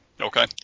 Okay